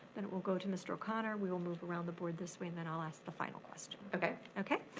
then it will go to mr. o'connor. we will move around the board this way and then i'll ask the final question. okay. okay?